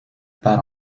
pas